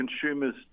consumers